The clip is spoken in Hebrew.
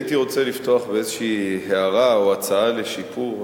הייתי רוצה לפתוח בהערה או הצעה לשיפור,